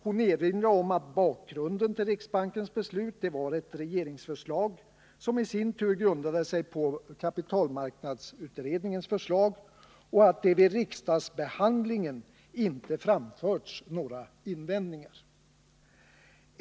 Hon erinrade om att bakgrunden till riksbankens beslut var ett regeringsförslag som i sin tur grundade sig på kapitalmarknadsutredningens förslag och att det vid riksdagsbehandlingen inte framförts några invändningar.